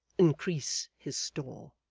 increase his store.